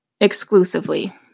exclusively